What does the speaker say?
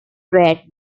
rate